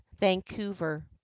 Vancouver